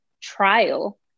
trial